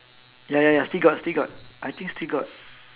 ya ya ya still got still got I think still got